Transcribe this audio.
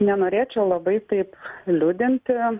nenorėčiau labai taip liūdinti